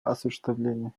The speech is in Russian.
осуществления